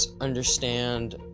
understand